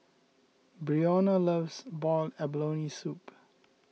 Breonna loves Boiled Abalone Soup